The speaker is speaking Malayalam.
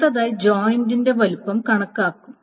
അടുത്തതായി ജോയിന്റെ വലുപ്പം കണക്കാക്കും